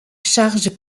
charge